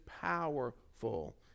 powerful